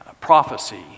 prophecy